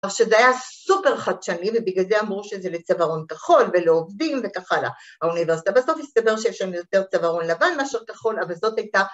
שזה היה סופר חדשני, ובגלל זה אמרו שזה לצווארון כחול ולעובדים וכך הלאה. האוניברסיטה בסוף הסתבר שיש לנו יותר צווארון לבן מאשר כחול, אבל זאת הייתה...